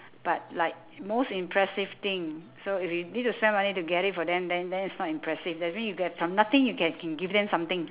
but like most impressive thing so if you need to spend money to get it for them then then it's not impressive that's means you get from nothing you can can give them something